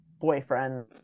boyfriend